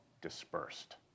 dispersed